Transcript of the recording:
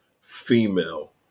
female